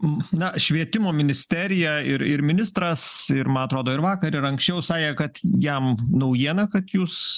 na švietimo ministerija ir ir ministras ir man atrodo ir vakar ir anksčiau sakė kad jam naujiena kad jūs